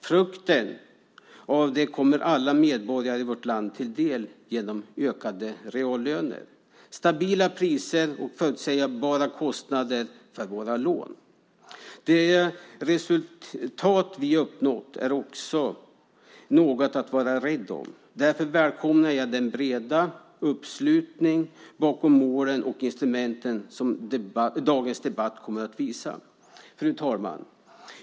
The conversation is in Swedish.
Frukten av det kommer alla medborgare i vårt land till del genom ökade reallöner, stabila priser och förutsägbara kostnader för våra lån. Det resultat vi uppnått är också något att vara rädd om. Därför välkomnar jag den breda uppslutning bakom målen och instrumenten som dagens debatt visar. Fru talman!